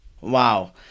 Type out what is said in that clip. Wow